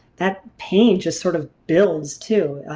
that pain just sort of builds too,